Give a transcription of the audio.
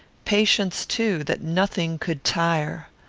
patience, too, that nothing could tire.